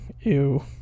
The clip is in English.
Ew